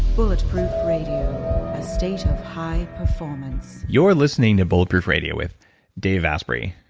bulletproof radio a state of high performance you're listening to bulletproof radio with dave asprey.